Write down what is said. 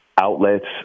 outlets